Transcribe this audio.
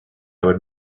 would